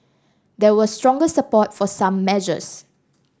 there was stronger support for some measures